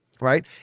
right